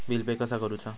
Bill pay कसा करुचा?